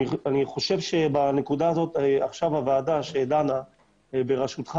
אני חושב שהוועדה שדנה עכשיו בראשותך